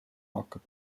hakkab